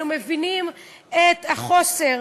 אנו מבינים את החוסר